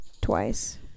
twice